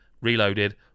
reloaded